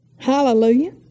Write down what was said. Hallelujah